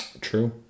True